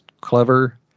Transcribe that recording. clever